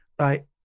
right